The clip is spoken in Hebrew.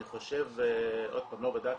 אני חושב, עוד פעם, לא בדקנו,